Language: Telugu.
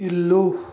ఇల్లు